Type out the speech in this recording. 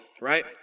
right